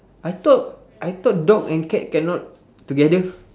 I thought I thought dog and cat cannot together